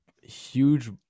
huge